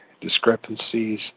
discrepancies